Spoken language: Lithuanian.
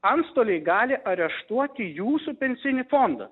antstoliai gali areštuoti jūsų pensinį fondą